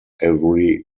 every